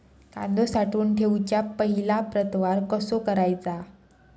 कांदो साठवून ठेवुच्या पहिला प्रतवार कसो करायचा?